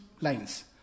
lines